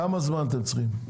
כמה זמן אתם צריכים?